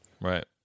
Right